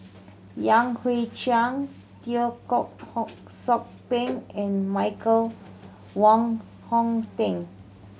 Yan Hui Chang Teo Koh hock Sock Miang and Michael Wong Hong Teng